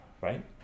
right